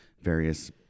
various